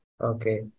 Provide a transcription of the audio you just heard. Okay